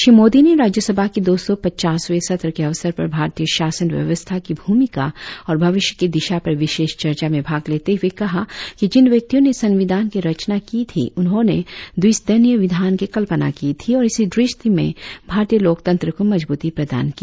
श्री मोदी ने राज्यसभा के दो सौ पचासवें सत्र के अवसर पर भारतीय शासन व्यवस्था की भूमिका और भविष्य की दिशा पर विशेष चर्चा में भाग लेते हुए कहा कि जिन व्यक्तियों ने संविधान की रचना की थी उन्होंने द्विसदनीय विधान की कल्पना की थी और इसी दृष्टी में भारतीय लोकतंत्र को मजबूती प्रदान की